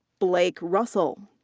blake russell.